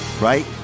right